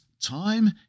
time